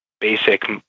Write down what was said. basic